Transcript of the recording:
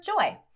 joy